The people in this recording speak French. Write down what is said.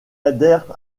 adhère